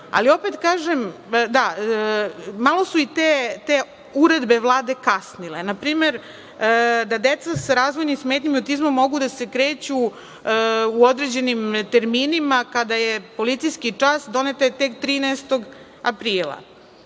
Ali, malo su i te uredbe Vlade kasnile. Na primer, odluka da deca sa razvojnim smetnjama i autizmom mogu da se kreću u određenim terminima kada je policijski čas doneta je tek 13. aprila,